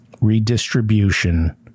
redistribution